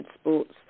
sports